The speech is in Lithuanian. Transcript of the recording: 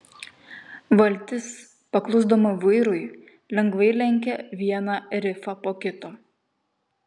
valtis paklusdama vairui lengvai lenkė vieną rifą po kito